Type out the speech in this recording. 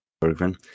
Bergman